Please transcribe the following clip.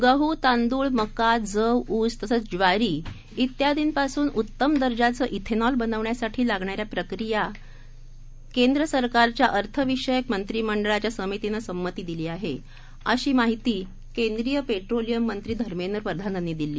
गहू तांदूळ मका जव ऊस तसंच ज्वारी त्यादींपासून उत्तम दर्जाचं श्रेनॉल बनवण्यासाठी लागणाऱ्या प्रक्रिया केंद्र सरकारच्या अर्थविषयक मंत्रीमंडळाच्या समितीनं संमती दिली आहे अशी माहिती केंद्रीय पेट्रोलियममंत्री धर्मेंद्र प्रधान यांनी दिली